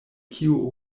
kio